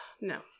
No